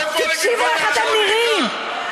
תקשיבו איך אתם נראים.